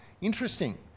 Interesting